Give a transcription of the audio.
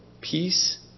peace